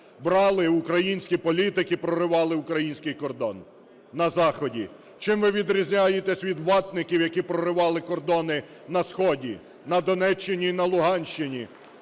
брали, українські політики, проривали український кордон на заході. Чим ви відрізняєтесь від "ватників", які проривали кордони на сході: на Донеччині і на Луганщині?